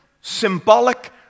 symbolic